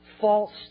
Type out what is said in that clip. false